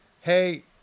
Hey